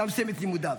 שם סיים את לימודיו.